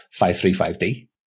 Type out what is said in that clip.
535D